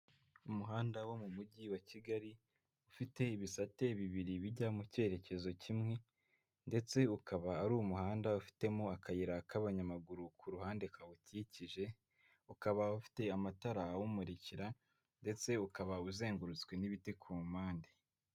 Umuhanda wo mu mujyi wa Kigali ufite ibisate bibiri bijya mu cyerekezo kimwe, ndetse ukaba ari umuhanda ufitemo akayira k'abanyamaguru ku ruhande kawukikije ukaba ufite amatara awumurikira ndetse ukaba uzengurutswe n'ibiti ku mpande.